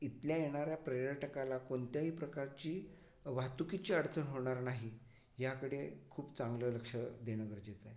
ईथल्या येणाऱ्या पर्यटकाला कोणत्याही प्रकारची वाहतुकीची अडचण होणार नाही ह्याकडे खूप चांगलं लक्ष देणं गरजेचं आहे